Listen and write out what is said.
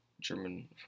German